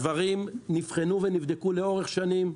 הדברים נבחנו ונבדקו לאורך שנים.